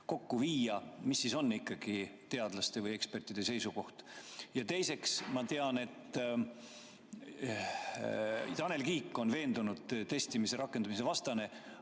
kokku viia? Milline siis ikkagi on teadlaste või ekspertide seisukoht? Ja teiseks, ma tean, et Tanel Kiik on veendunud testimise rakendamise vastane,